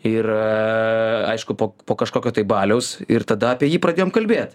ir aišku po po kažkokio tai baliaus ir tada apie jį pradėjom kalbėt